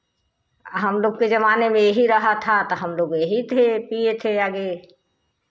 आ हम लोग के ज़माने में यही रहा था तो हम लोग यही थे पिए थे आगे